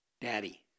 Daddy